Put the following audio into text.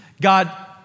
God